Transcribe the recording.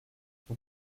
vous